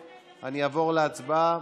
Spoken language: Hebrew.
מבקש להודיע על הצבעה